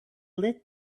lit